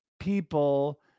people